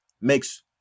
makes